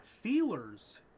feelers